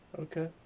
Okay